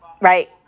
right